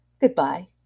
Goodbye